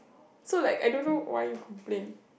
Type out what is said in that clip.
so like I don't know why you complain